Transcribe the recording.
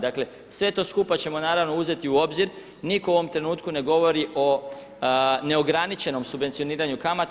Dakle, sve to skupa ćemo naravno uzeti u obzir, nitko u ovom trenutku ne govori o neograničenom subvencioniranju kamata.